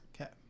Okay